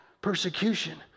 persecution